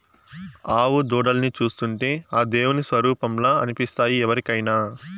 ఆవు దూడల్ని చూస్తుంటే ఆ దేవుని స్వరుపంలా అనిపిస్తాయి ఎవరికైనా